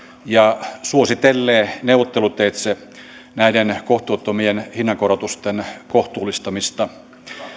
ja suositellee neuvotteluteitse näiden kohtuuttomien hinnankorotusten kohtuullistamista